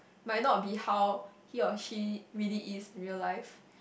might not be how he or she really is in real life